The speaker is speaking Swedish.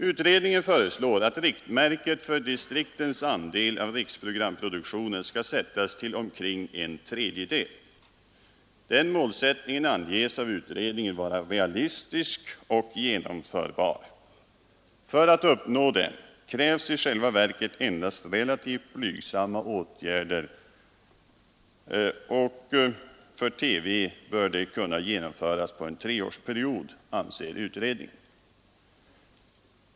Utredningen föreslår att riktmärket för distriktens andel av riksprogramproduktionen skall sättas till omkring en tredjedel. Den målsättningen anges av utredningen vara realistisk och genomförbar. För att uppnå den krävs i själva verket endast relativt blygsamma åtgärder. För TV bör förslaget kunna genomföras på en treårsperiod, anser utredningen.